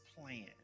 plan